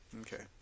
Okay